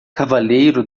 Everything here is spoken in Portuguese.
cavaleiro